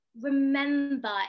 remember